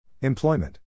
Employment